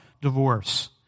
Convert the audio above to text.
divorce